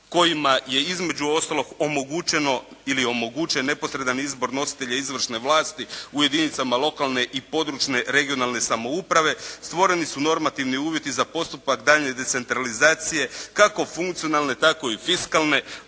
kojima je između ostalog omogućeno ili omogućen neposredan izbor nositelja izvršne vlasti u jedinicama lokalne i područne regionalne samouprave. Stvoreni su normativni uvjeti za postupak daljnje decentralizacije kako funkcionalne tako i fiskalne.